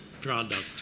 product